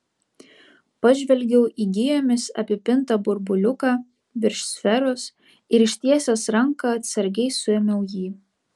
pažvelgiau į gijomis apipintą burbuliuką virš sferos ir ištiesęs ranką atsargiai suėmiau jį